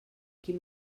quin